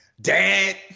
Dad